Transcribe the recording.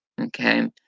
Okay